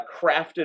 crafted